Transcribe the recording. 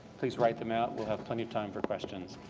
please write them out. we'll have plenty of time for questions.